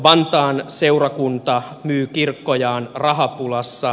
vantaan seurakunta myy kirkkojaan rahapulassa